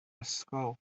ysgol